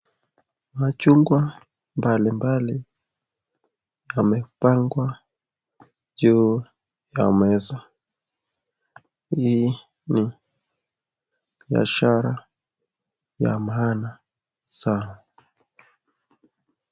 Machungwa mbalimbali yamepangwa juu ya meza. Hii ni biashara ya maana sana.